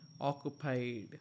occupied